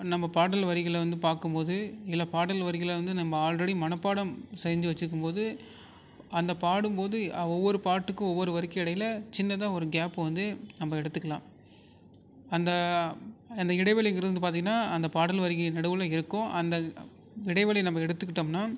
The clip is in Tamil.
நம்ம பாடல் வரிகளை வந்து பார்க்கும்போது சில பாடல் வரிகளை வந்து நம்ம ஆல்ரெடி மனப்பாடம் செஞ்சு வச்சுக்கும்போது அந்த பாடும்போது ஒவ்வொரு பாட்டுக்கும் ஒவ்வொரு வரிக்கும் இடையில சின்னதாக ஒரு கேப்பு வந்து நம்ம எடுத்துக்கலாம் அந்த அந்த இடைவெளிங்கிறது வந்து பார்த்திங்கன்னா அந்த பாடல் வரிக்கு நடுவில் இருக்கும் அந்த இடைவெளி நம்ம எடுத்துக்கிட்டோம்னால்